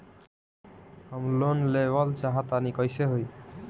हम लोन लेवल चाह तानि कइसे होई?